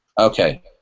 Okay